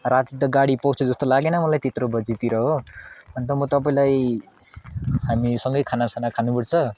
राति त गाडी पाउँछ जस्तो लागेन मलाई त्यत्रो बजीतिर हो अन्त म तपाईँलाई हामीसँगै खानासाना खानुपर्छ